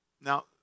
Now